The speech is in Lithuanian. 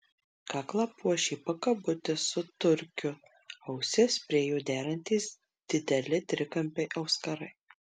kaklą puošė pakabutis su turkiu ausis prie jo derantys dideli trikampiai auskarai